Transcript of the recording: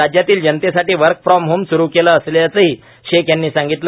राज्यातील जनतेसाठी work from home सुरू केले असल्याचेही शेख यांनी सांगितले